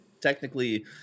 technically